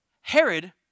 Herod